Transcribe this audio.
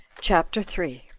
chapter three.